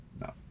no